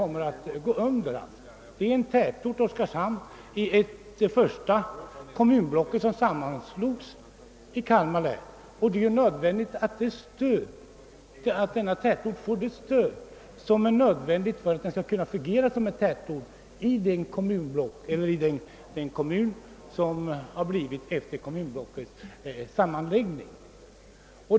Oskarshamn är en tätort i det första kommunblock som bildades i Kalmar län. Det är nödvändigt att denna tätort får det stöd den behöver för att fungera som centralort för hela oskarshamnsregionen.